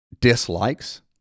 dislikes